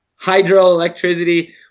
hydroelectricity